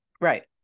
Right